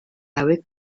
eric